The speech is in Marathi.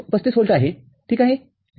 ३५ व्होल्ट आहेठीक आहे